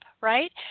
right